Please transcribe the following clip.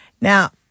Now